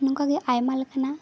ᱱᱚᱝᱠᱟ ᱜᱮ ᱟᱭᱢᱟ ᱞᱮᱠᱟᱱᱟᱜ